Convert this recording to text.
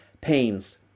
pains